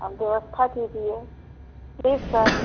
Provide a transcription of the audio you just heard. अब व्यवस्था कीजिए प्लीज सर